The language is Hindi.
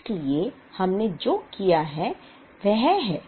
इसलिए हमने जो किया है वह है